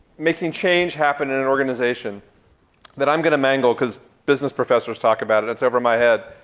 making change happen in an organization that i'm gonna mangle cause business professors talk about it. it's over my head,